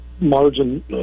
margin